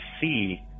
see